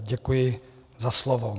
Děkuji za slovo.